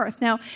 Now